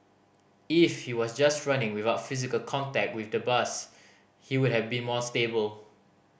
if he was just running without physical contact with the bus he would have been more stable